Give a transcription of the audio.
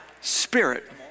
spirit